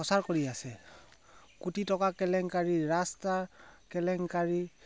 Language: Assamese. প্ৰচাৰ কৰি আছে কোটি টকা কেলেংকাৰী ৰাস্তা কেলেংকাৰী